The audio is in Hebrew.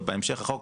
בהמשך החוק,